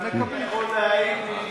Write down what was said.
אבל אני יכול להעיד מניסיוני: